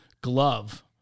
glove